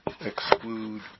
exclude